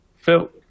Phil